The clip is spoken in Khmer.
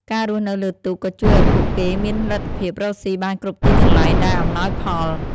ការរស់នៅលើទូកក៏ជួយឲ្យពួកគេមានលទ្ធភាពរកស៊ីបានគ្រប់ទីកន្លែងដែលអំណោយផល។